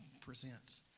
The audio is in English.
presents